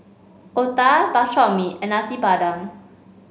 Otah Bak Chor Mee and Nasi Padang